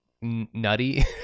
nutty